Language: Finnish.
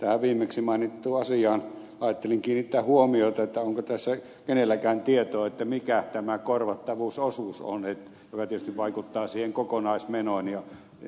tähän viimeksi mainittuun asiaan ajattelin kiinnittää huomiota onko tässä kenelläkään tietoa mikä tämä korvattavuusosuus on joka tietysti vaikuttaa siihen kokonaismenoon